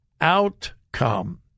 outcome